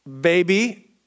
baby